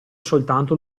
soltanto